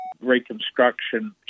reconstruction